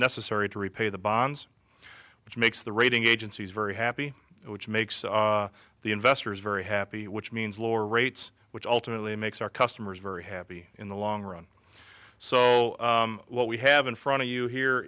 necessary to repay the bonds which makes the rating agencies very happy which makes the investors very happy which means lower rates which ultimately makes our customers very happy in the long run so what we have in front of you here